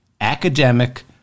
academic